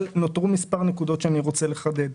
אבל בכל זאת נותרו מספר נקודות שאני רוצה לחדד.